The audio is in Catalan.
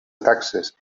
taxes